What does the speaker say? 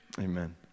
amen